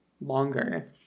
longer